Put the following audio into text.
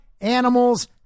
animals